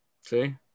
See